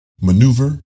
maneuver